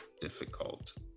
difficult